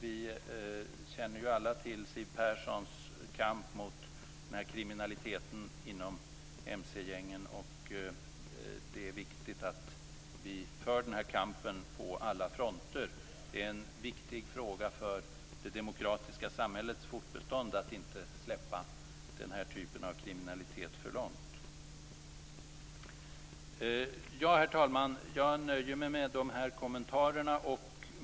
Vi känner ju alla till Siw Perssons kamp mot kriminaliteten inom mc-gängen, och det är viktigt att vi för den kampen på alla fronter. Det är en viktig fråga för det demokratiska samhällets fortbestånd att inte släppa den här typen av kriminalitet för långt. Herr talman! Jag nöjer mig med de här kommentarerna.